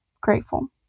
grateful